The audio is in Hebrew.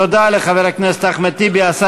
תודה לשר אריה מכלוף